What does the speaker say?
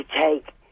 take